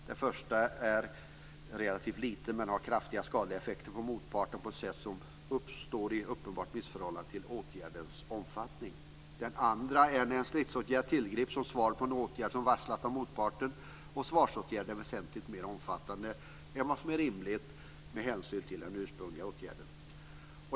Den första är relativt liten, men har kraftiga skadliga effekter på motparten på ett sätt som står i uppenbart missförhållande till åtgärdens omfattning. Den andra är när en stridsåtgärd tillgrips som svar på en åtgärd som varslats av motparten och svarsåtgärden är väsentligt mer omfattande än vad som är rimligt med hänsyn till den ursprungliga åtgärden.